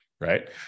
right